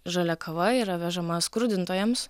žalia kava yra vežama skrudintojams